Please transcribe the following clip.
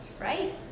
right